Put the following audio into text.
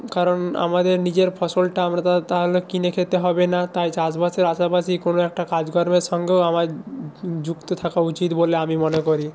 কারণ আমাদের নিজের ফসলটা আমরা তাহলে কিনে খেতে হবে না তাই চাষবাসেরপাশাপাশি কোনো একটা কাজকর্মের সঙ্গেও আমার যুক্ত থাকা উচিত বলে আমি মনে করি